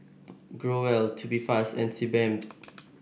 Growell Tubifast and Sebamed